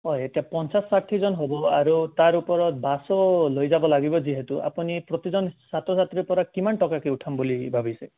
অঁ এতিয়া পঞ্চাছ ষাঠিজন হ'ব আৰু তাৰ ওপৰত বাছো লৈ যাব লাগিব যিহেতু আপুনি প্ৰতিজন ছাত্ৰ ছাত্ৰীৰ পৰা কিমান টকাকে উঠাম বুলি ভাবিছে